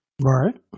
Right